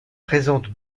présente